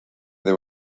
they